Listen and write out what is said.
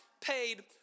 paid